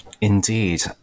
Indeed